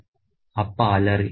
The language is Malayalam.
" അപ്പ അലറി